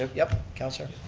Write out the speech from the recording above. ah yep, councillor.